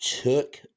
took